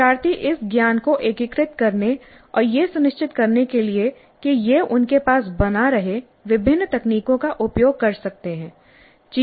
शिक्षार्थी इस ज्ञान को एकीकृत करने और यह सुनिश्चित करने के लिए कि यह उनके पास बना रहे विभिन्न तकनीकों का उपयोग कर सकते हैं